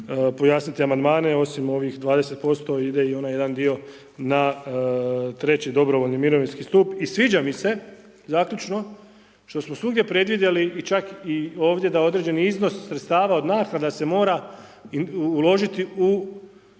pojasniti amandmane osim ovih 20% ide i onaj jedan dio na treći dobrovoljni mirovinski stup. I sviđa mi se zaključno što smo svugdje predvidjeli i čak i ovdje da određeni iznos sredstava od naknada se mora uložiti u